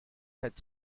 had